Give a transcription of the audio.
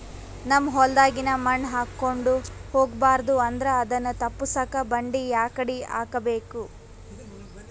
ನಮ್ ಹೊಲದಾಗಿನ ಮಣ್ ಹಾರ್ಕೊಂಡು ಹೋಗಬಾರದು ಅಂದ್ರ ಅದನ್ನ ತಪ್ಪುಸಕ್ಕ ಬಂಡಿ ಯಾಕಡಿ ಹಾಕಬೇಕು?